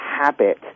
habit